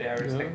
ya !huh!